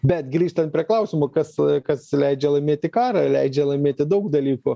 bet grįžtant prie klausimo kas kad leidžia laimėti karą leidžia laimėti daug dalykų